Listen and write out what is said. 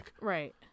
Right